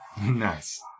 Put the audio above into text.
Nice